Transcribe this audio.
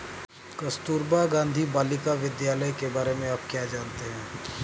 कस्तूरबा गांधी बालिका विद्यालय के बारे में आप क्या जानते हैं?